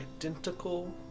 identical